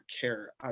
care